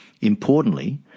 Importantly